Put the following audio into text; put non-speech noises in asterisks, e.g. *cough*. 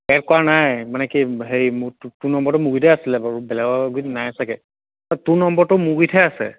add কৰা নাই মানে কি হেৰি তোৰ নম্বৰটো মোৰ গুৰিতে আছিলে বাৰু বেলেগৰ গুৰিতে নাই চাগে *unintelligible* তোৰ নম্বৰটো মোৰ গুৰিতেহে আছে